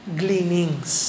gleanings